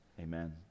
Amen